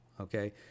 okay